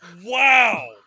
Wow